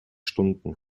stunden